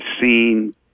seen